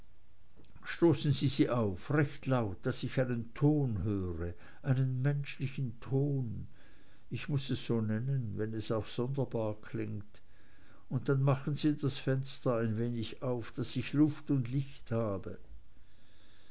stoßen sie sie auf recht laut daß ich einen ton höre einen menschlichen ton ich muß es so nennen wenn es auch sonderbar klingt und dann machen sie das fenster ein wenig auf daß ich luft und licht habe